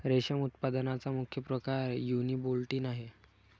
रेशम उत्पादनाचा मुख्य प्रकार युनिबोल्टिन आहे